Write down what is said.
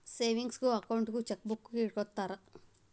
savings ಅಕೌಂಟಿಗೂ chequebook ಇಟ್ಟ್ಕೊತ್ತರ